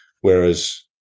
Whereas